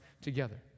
together